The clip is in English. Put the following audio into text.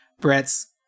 Brett's